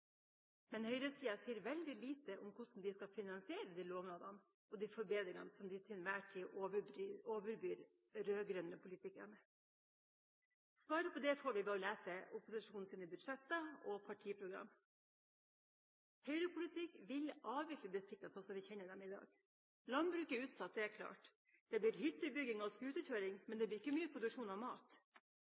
Men høyresida sier veldig lite om hvordan de skal finansiere de lovnadene og de forbedringene de til enhver tid overbyr de rød-grønne politikerne med. Svaret på det får vi ved å lese opposisjonens budsjetter og partiprogram. Høyre-politikk vil avvikle distriktene slik vi kjenner dem i dag. Landbruket er utsatt, det er klart. Det blir hyttebygging og skuterkjøring, men det blir ikke mye produksjon av mat.